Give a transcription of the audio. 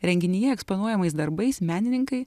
renginyje eksponuojamais darbais menininkai